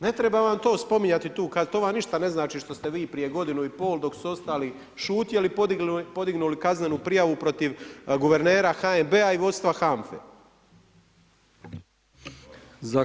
Ne trebam vam to spominjati tu kad to vam ništa ne znači što ste vi prije godinu pol dok su ostali šutjeli, pognuli kaznenu prijavu protiv guvernera HNB-a i vodstva HANFA-e.